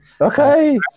Okay